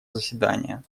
заседание